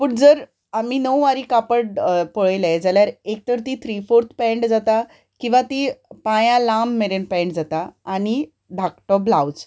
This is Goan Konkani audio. पूण जर आमी णव वारी कापड पळयलें जाल्यार एक तर ती थ्री फोर्त पँट जाता किंवां ती पांयां लांब मेरेन पँट जाता आनी धाकटो ब्लावज